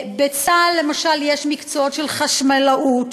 בצה"ל יש למשל מקצועות של חשמלאות,